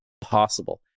possible